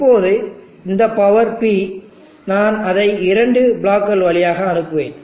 இப்போது இந்த power P நான் அதை இரண்டு பிளாக்குகள் வழியாக அனுப்புவேன்